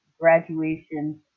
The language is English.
graduation